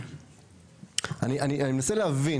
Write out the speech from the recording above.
אני מנסה להבין,